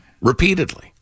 Repeatedly